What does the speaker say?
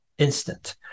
instant